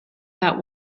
that